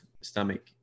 stomach